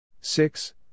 Six